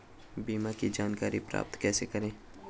बीमा की जानकारी प्राप्त कैसे करें?